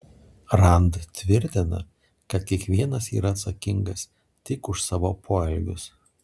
rand tvirtina kad kiekvienas yra atsakingas tik už savo poelgius